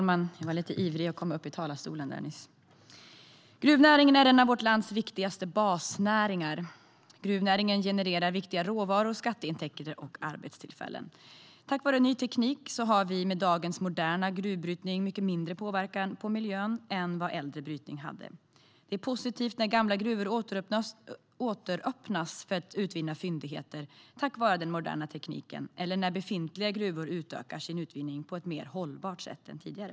Herr talman! Gruvnäringen är en av vårt lands viktigaste basnäringar. Gruvnäringen genererar viktiga råvaror, skatteintäkter och arbetstillfällen. Tack vare ny teknik har dagens moderna gruvbrytning mycket mindre påverkan på miljön än vad äldre brytning hade. Det är positivt när gamla gruvor åter öppnas för att utvinna fyndigheter tack vare den moderna tekniken eller när befintliga gruvor utökar sin utvinning på ett mer hållbart sätt än tidigare.